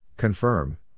Confirm